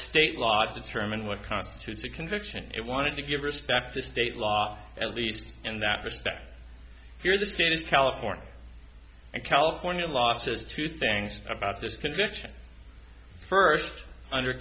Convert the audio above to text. state laws determine what constitutes a conviction it wanted to give respect to state law at least in that respect here the state of california and california law says two things about this conviction first under